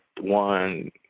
one